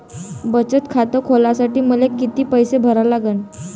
बचत खात खोलासाठी मले किती पैसे भरा लागन?